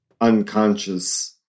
unconscious